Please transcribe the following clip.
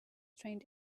trained